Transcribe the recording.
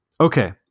Okay